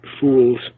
fools